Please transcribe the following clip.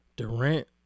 Durant